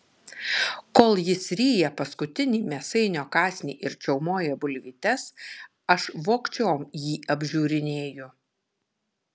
kol jis ryja paskutinį mėsainio kąsnį ir čiaumoja bulvytes aš vogčiom jį apžiūrinėju